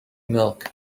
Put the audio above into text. milk